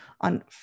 on